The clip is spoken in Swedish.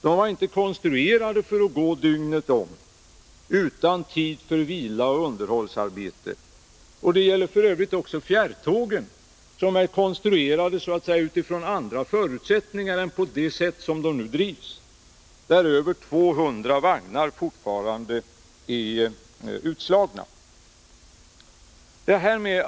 De var inte konstruerade för att gå dygnet runt utan tid för vila och underhållsarbete. Det gäller f. ö. också fjärrtågen, som så att säga är Nr 68 konstruerade utifrån andra förutsättningar än de sätt som de nu drivs på. Över 200 vagnar är fortfarande utslagna.